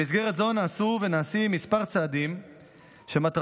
במסגרת זו נעשו ונעשים כמה צעדים שמטרתם